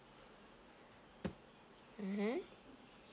mmhmm